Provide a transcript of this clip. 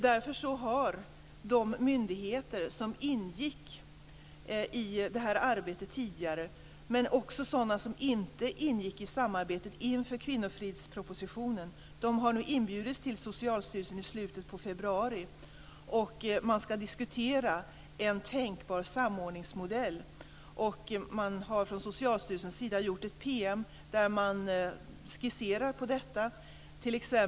Därför har de myndigheter som ingick i det här arbetet tidigare, men också sådana som inte ingick i samarbetet inför kvinnofridspropositionen, nu inbjudits till Socialstyrelsen i slutet av februari. Man ska diskutera en tänkbar samordningsmodell. Man har från Socialstyrelsens sida gjort en PM där man skisserar på detta.